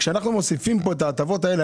אנחנו מוסיפים את ההטבות האלה.